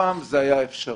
פעם זה היה אפשרי.